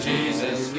Jesus